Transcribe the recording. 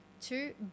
Two